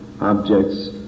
objects